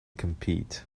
compete